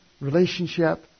relationship